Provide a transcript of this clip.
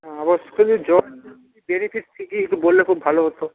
benefit কী কী একটু বললে খুব ভালো হতো